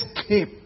escape